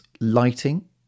Lighting